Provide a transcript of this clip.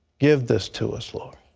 give this to us, lord,